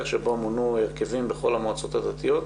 שבו מונו הרכבים בכל המועצות הדתיות.